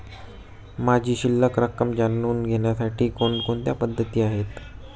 माझी शिल्लक रक्कम जाणून घेण्यासाठी कोणकोणत्या पद्धती आहेत?